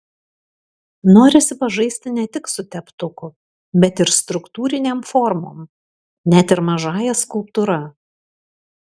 norisi pažaisti ne tik su teptuku bet ir struktūrinėm formom net ir mažąja skulptūra